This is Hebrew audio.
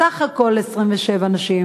בסך הכול 27 נשים.